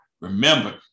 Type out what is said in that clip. Remember